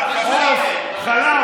שלא טיפלתם בכלום,